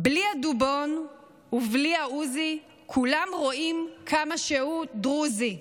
"בלי הדובון ובלי העוזי / כולם רואים כמה שהוא דרוזי".